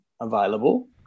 available